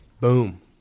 Boom